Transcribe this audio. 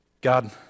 God